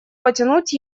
потянуть